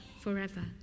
forever